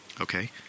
okay